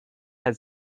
had